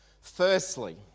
Firstly